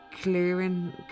clearing